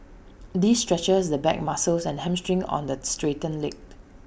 this stretches the back muscles and hamstring on the straightened leg